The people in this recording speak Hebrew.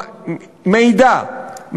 מידע,